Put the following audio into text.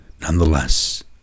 Nonetheless